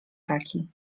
taki